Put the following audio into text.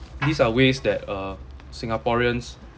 these are ways that uh singaporeans